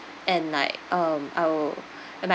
and like um our and my